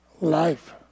life